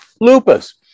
lupus